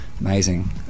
amazing